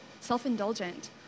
self-indulgent